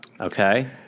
Okay